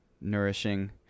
nourishing